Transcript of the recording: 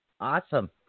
Awesome